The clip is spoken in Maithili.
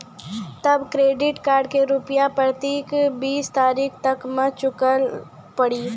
तब क्रेडिट कार्ड के रूपिया प्रतीक बीस तारीख तक मे चुकल पड़ी?